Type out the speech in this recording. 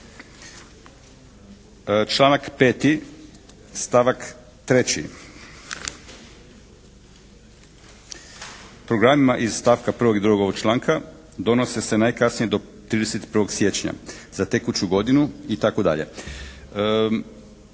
Članak 5. stavak 3. programima iz stavka 1. i 2. ovog članka donose se najkasnije do 31. siječnja za tekuću godinu itd.